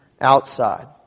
outside